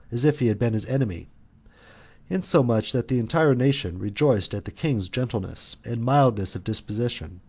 as if he had been his enemy insomuch that the entire nation rejoiced at the king's gentleness and mildness of disposition,